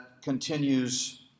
continues